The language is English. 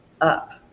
up